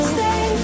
Stay